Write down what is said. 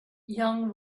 young